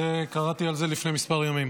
קראתי על זה לפני כמה ימים.